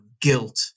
guilt